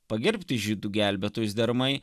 pagerbti žydų gelbėtojus deramai